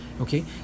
okay